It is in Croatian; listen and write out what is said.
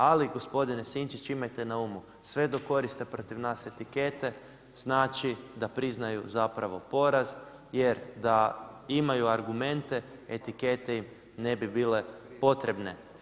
Ali gospodine Sinčić, imajte na umu sve dok koriste protiv nas etikete znači da priznaju zapravo poraz, jer da imaju argumente etikete im ne bi bile potrebne.